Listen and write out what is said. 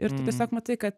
ir tu tiesiog matai kad